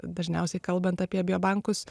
dažniausiai kalbant apie biobankus